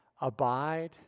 Abide